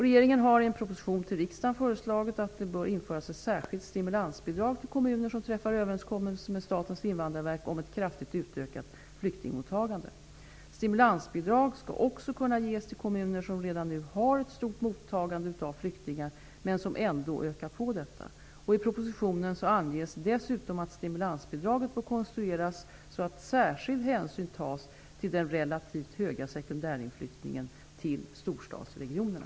Regeringen har i en proposition till riksdagen föreslagit att det bör införas ett särskilt stimulansbidrag till kommuner som träffar överenskommelser med Statens invandrarverk om ett kraftigt utökat flyktingmottagande. Stimulansbidrag skall också kunna ges till kommuner som redan nu har ett stort mottagande av flyktingar men som ändå ökar detta. I propositionen anges dessutom att stimulansbidraget bör konstrueras så, att särskild hänsyn tas till den relativt höga sekundärinflyttningen till storstadsregionerna.